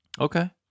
okay